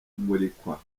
kumurikwa